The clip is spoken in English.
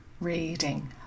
reading